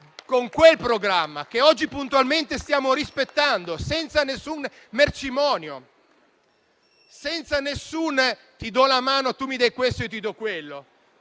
con quel programma che oggi puntualmente stiamo rispettando, senza nessun mercimonio, senza nessun "ti do la mano, tu mi dai questo e io ti do quello",